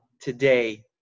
today